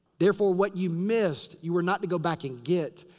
therefore, what you missed, you were not to go back and get.